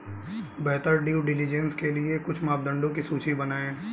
बेहतर due diligence के लिए कुछ मापदंडों की सूची बनाएं?